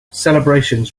celebrations